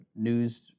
news